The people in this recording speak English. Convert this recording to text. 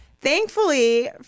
Thankfully